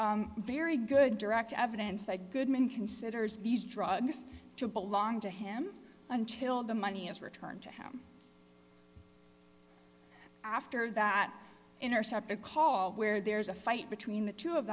very good direct evidence that goodman considers these drugs to belong to him until the money is returned to him after that intercepted call where there's a fight between the two of